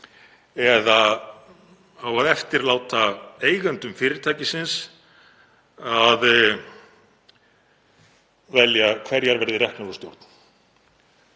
eða á að eftirláta eigendum fyrirtækisins að velja hverjar verði reknar úr stjórn?